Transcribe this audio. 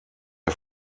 der